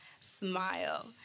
smile